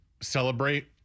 celebrate